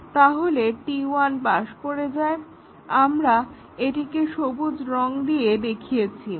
তাহলে T1 পাশ করে যায় আমরা এটিকে সবুজ রং দিয়ে দেখিয়েছি